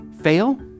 fail